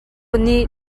nih